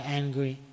angry